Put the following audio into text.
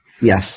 Yes